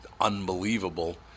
unbelievable